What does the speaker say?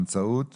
באמצעות